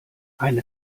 eine